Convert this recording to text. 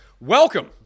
Welcome